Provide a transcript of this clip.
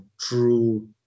true